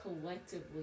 collectively